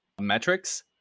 metrics